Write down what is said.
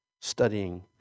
studying